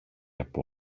από